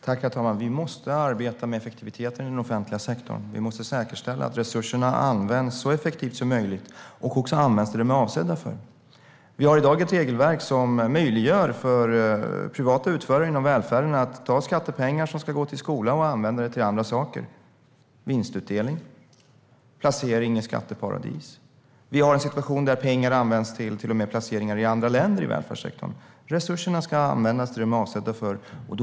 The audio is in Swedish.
Herr talman! Vi måste arbeta med effektiviteten i den offentliga sektorn. Vi måste säkerställa att resurserna används så effektivt som möjligt och också till det som de är avsedda för. Vi har i dag ett regelverk som möjliggör för privata utförare inom välfärden att använda skattepengar som ska gå till skolan och använda dem till andra saker: vinstutdelning, placering i skatteparadis. Pengarna används till och med för placeringar i andra länder. Resurserna ska användas till det som de är avsedda för.